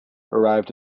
arrived